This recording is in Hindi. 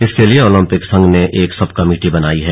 इसके लिए ओलंपिक संघ ने एक सब कमेटी बनाई है